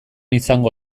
izango